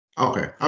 Okay